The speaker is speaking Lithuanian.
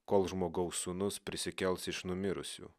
kol žmogaus sūnus prisikels iš numirusių